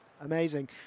Amazing